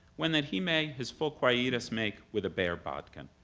when that he may his full quietus make with a bare bodkin?